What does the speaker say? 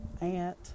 aunt